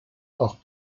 auch